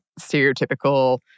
stereotypical